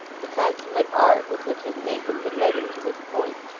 the consummate art with which his patron had led him to this point,